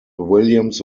williams